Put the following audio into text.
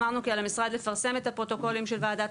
אמרנו כי על המשרד לפרסם את הפרוטוקולים של ועדת